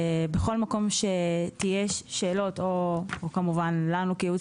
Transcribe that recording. ובכל מקום שיהיו שאלות או כמובן לנו כייעוץ